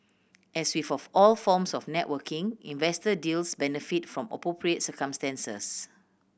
as with all forms of networking investor deals benefit from appropriate circumstances